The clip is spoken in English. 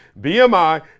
BMI